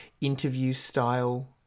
interview-style